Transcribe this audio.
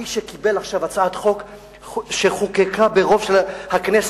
והאיש שקיבל עכשיו הצעת חוק שחוקקה ברוב של הכנסת,